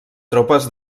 tropes